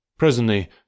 Presently